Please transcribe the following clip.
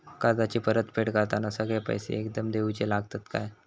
कर्जाची परत फेड करताना सगळे पैसे एकदम देवचे लागतत काय?